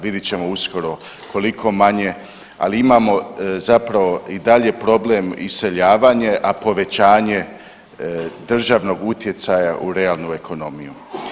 Vidjet ćemo uskoro koliko manje, ali imamo zapravo i dalje problem iseljavanje, a povećanje državnog utjecaja u realnu ekonomiju.